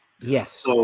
Yes